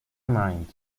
mind